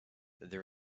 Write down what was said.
there